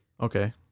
Okay